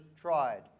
tried